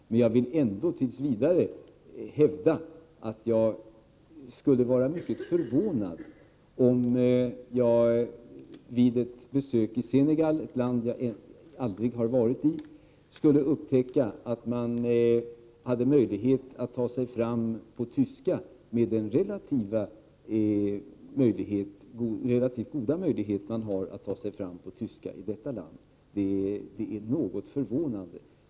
Men jag vill ändå tills vidare hävda att jag skulle vara mycket förvånad om jag vid ett besök i Senegal, ett land jag aldrig har varit i, skulle upptäcka den relativt goda möjligheten att ta sig fram på tyska i det landet. Det är något förvånande!